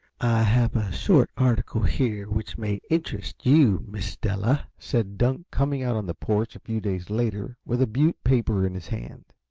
have a short article here which may interest you, miss della, said dunk, coming out on the porch a few days later with a butte paper in his hand.